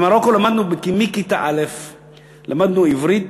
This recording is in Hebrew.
במרוקו למדנו מכיתה א'; למדנו עברית,